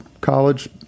college